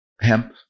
hemp